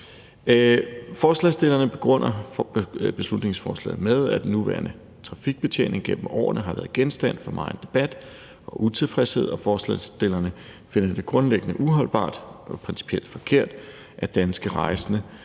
Forslagsstillerne begrunder beslutningsforslaget med, at den nuværende trafikbetjening gennem årene har været genstand for megen debat og utilfredshed, og forslagsstillerne finder det grundlæggende uholdbart og principielt forkert, at danske rejsende